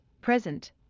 present